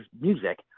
music